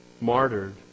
martyred